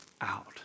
out